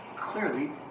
clearly